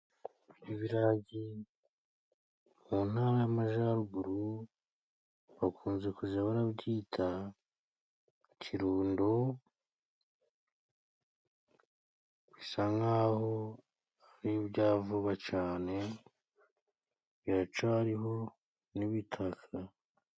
Ibirayi mu ntara y'amajyaruguru bakunze kuja barabyita kirundo. Bisa nk'aho ari ibya vuba cane biracariho n'ibitaka.